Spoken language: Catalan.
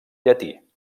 llatí